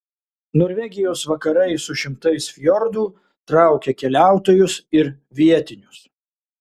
norvegijos vakarai su šimtais fjordų traukia keliautojus ir vietinius